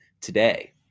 today